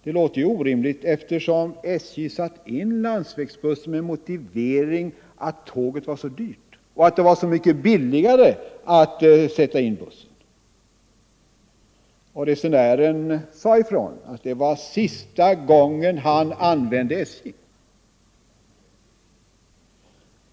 Det låter orimligt, eftersom SJ satt in landsvägsbussen med motiveringen att tåg var så dyrt och att det blev så mycket billigare att sätta in en buss. Resenären sade att det var sista gången han anlitade SJ.